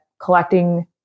collecting